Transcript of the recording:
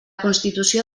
constitució